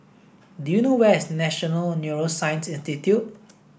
do you know where is National Neuroscience Institute